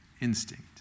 instinct